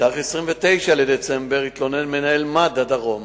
בתאריך 29 בדצמבר התלונן מנהל מד"א דרום